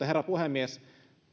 herra puhemies